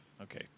Okay